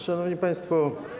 Szanowni Państwo!